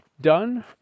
done